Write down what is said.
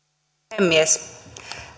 puhemies